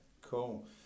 cool